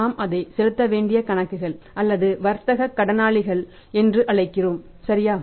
நாம் அதை செலுத்த வேண்டிய கணக்குகள் அல்லது வர்த்தக கடனாளிகள் என்று அழைக்கிறோம் சரியா